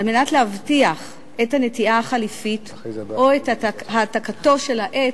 על מנת להבטיח את הנטיעה החליפית או את העתקתו של העץ,